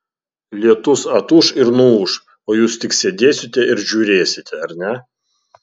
lietus atūš ir nuūš o jūs tik sėdėsite ir žiūrėsite ar ne